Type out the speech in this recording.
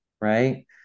right